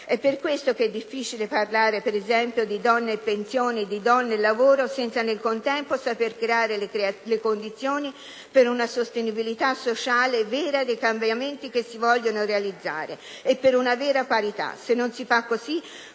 È per questo che è difficile parlare, ad esempio, di donne e pensioni, di donne e lavoro, senza nel contempo saper creare le condizioni per una sostenibilità sociale vera dei cambiamenti che si vogliono realizzare e per una vera parità.